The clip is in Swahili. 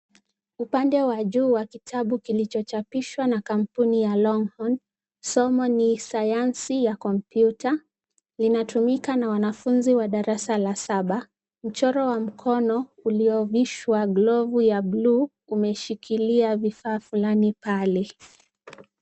Upande wa juu wa kitabu kilicho chapishwa na kampuni ya Longhorn. Somo ni sayansi ya kompyuta. Lina tumika na wanafunzi wa darasa la saba. Mchoro wa mkono uliovishwa glavu ya buluu umeshikilia vifaa flani pale.